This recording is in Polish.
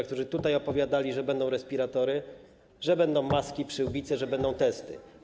Ci, którzy tutaj opowiadali, że będą respiratory, że będą maski, przyłbice, że będą testy.